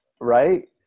right